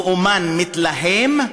לאומן מתלהם,